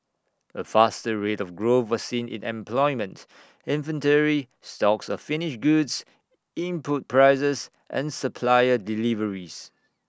A faster rate of growth was seen in employment inventory stocks of finished goods input prices and supplier deliveries